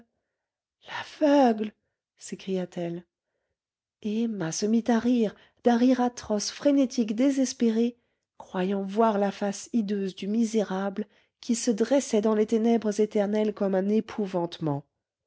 et emma se mit à rire d'un rire atroce frénétique désespéré croyant voir la face hideuse du misérable qui se dressait dans les ténèbres éternelles comme un épouvantement